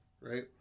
right